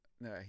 no